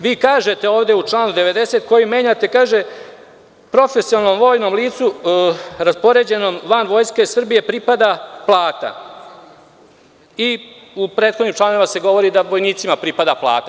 Vi kažete ovde u članu 90. koji menjate, kaže – profesionalnom vojnom licu raspoređenom van Vojske Srbije pripada plata i u prethodnim članovima se govori da vojnicima pripada plata.